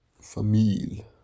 Famil